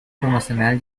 promocional